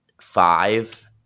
five